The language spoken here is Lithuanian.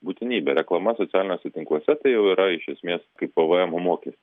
būtinybė reklama socialiniuose tinkluose tai jau yra iš esmės kaip pvmo mokes